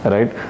Right